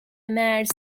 مرز